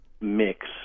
Mix